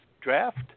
draft